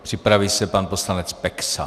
Připraví se pan poslanec Peksa.